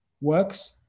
works